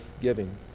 giving